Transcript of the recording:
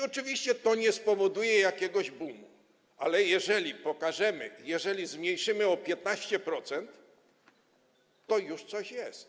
Oczywiście to nie spowoduje jakiegoś bumu, ale jeżeli pokażemy, jeżeli zmniejszymy o 15%, to już będzie coś.